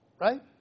Right